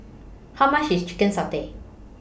How much IS Chicken Satay